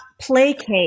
placate